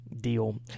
Deal